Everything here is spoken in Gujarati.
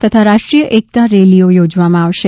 તથા રાષ્ટ્રીય એકતા રેલીઓ યોજવા માં આવશે